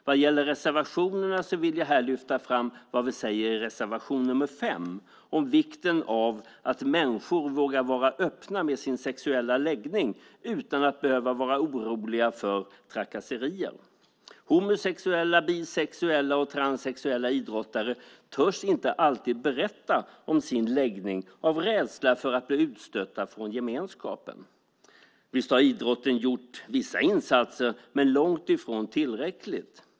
Vad gäller reservationerna vill jag här lyfta fram vad vi säger i reservation nr 5 om vikten av att människor vågar vara öppna med sin sexuella läggning utan att behöva vara oroliga för trakasserier. Homosexuella, bisexuella och transsexuella idrottare törs inte alltid berätta om sin läggning av rädsla för att bli utstötta från gemenskapen. Visst har idrotten gjort vissa insatser, men långt ifrån tillräckligt.